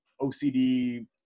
ocd